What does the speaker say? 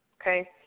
Okay